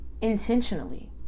intentionally